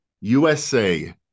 USA